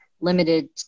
limited